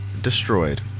destroyed